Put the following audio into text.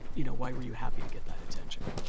you know, why were you happy to get that attention?